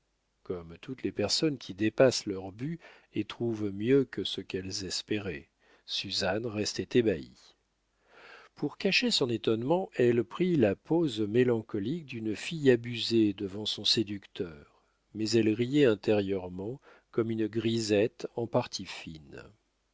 comme toutes les personnes qui dépassent leur but et trouvent mieux que ce qu'elles espéraient suzanne restait ébahie pour cacher son étonnement elle prit la pose mélancolique d'une fille abusée devant son séducteur mais elle riait intérieurement comme une grisette en partie fine